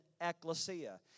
Ecclesia